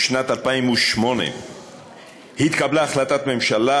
בשנת 2008 התקבלה החלטת ממשלה,